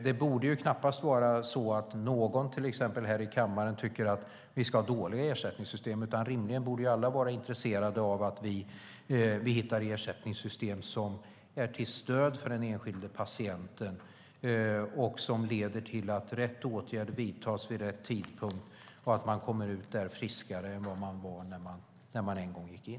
Det borde knappast vara någon som till exempel här i kammaren tycker att vi ska ha dåliga ersättningssystem, utan rimligen borde alla vara intresserade av att vi hittar ersättningssystem som är till stöd för den enskilde patienten, som leder till att rätt åtgärd vidtas vid rätt tidpunkt och att man kommer ut friskare än vad man var när man en gång gick in.